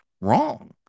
wrong